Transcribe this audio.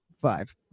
Five